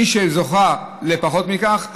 מי שזוכה לפחות מכך,